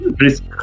risk